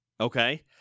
Okay